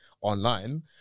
online